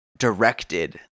directed